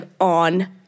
on